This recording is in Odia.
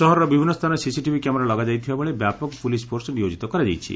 ସହରର ବିଭିନ୍ ସ୍ତାନରେ ସିସିଟିଭି କ୍ୟାମେରା ଲଗାଯାଇଥିବାବେଳେ ବ୍ୟାପକ ପୁଲିସ ଫୋର୍ସ ନିୟୋଜିତ କରାଯାଇଛି